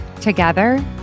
Together